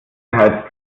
beheizt